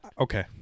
okay